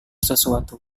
sesuatu